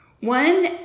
One